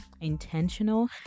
intentional